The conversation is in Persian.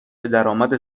درآمد